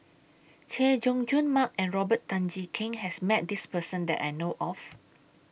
Chay Jung Jun Mark and Robert Tan Jee Keng has Met This Person that I know of